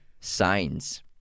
Signs